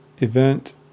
event